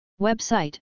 Website